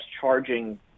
charging